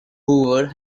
hoover